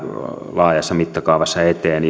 laajassa mittakaavassa eteen